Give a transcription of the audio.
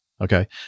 okay